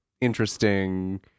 interesting